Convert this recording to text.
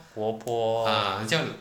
活泼